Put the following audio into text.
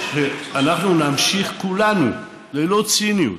בוא, שנמשיך כולנו, ללא ציניות,